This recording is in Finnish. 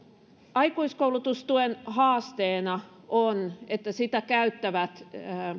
aikuiskoulutustuen haasteena on että sitä käyttävät